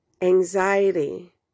anxiety